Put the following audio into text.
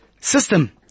system